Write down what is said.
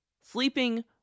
sleeping